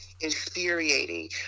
infuriating